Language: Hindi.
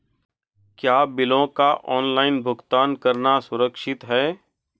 क्या बिलों का ऑनलाइन भुगतान करना सुरक्षित है?